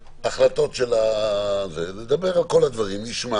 ההחלטות, נדבר על כל הדברים, נשמע